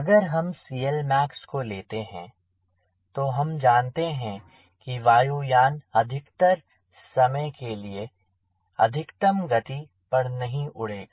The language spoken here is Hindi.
अगर हम CLmaxको लेते है तो हम जानते हैं कि वायु यान अधिकतर समय के लिए अधिकतम गति पर नहीं उड़ेगा